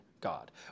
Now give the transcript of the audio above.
God